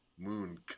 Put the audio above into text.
Moon